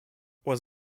was